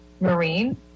Marine